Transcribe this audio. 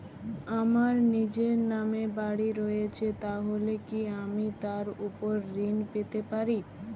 আমার নিজের নামে বাড়ী রয়েছে তাহলে কি আমি তার ওপর ঋণ পেতে পারি?